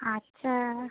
আচ্ছা